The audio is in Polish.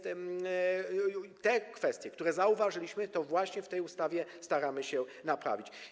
Te kwestie, które zauważyliśmy, właśnie w tej ustawie staramy się naprawić.